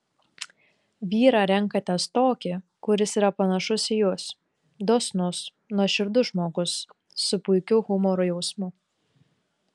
vyrą renkatės tokį kuris yra panašus į jus dosnus nuoširdus žmogus su puikiu humoro jausmu